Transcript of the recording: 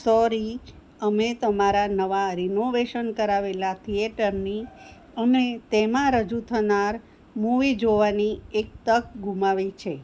sorry અમે તમારા નવા રીનોવેશન કરાવેલા થિયેટરની અને તેમાં રજૂ થનાર મુવી જોવાની એક તક ગુમાવી છે